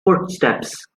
footsteps